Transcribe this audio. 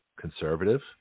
conservative